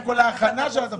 קודם כל ההכנה של התבחינים.